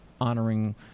honoring